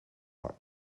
are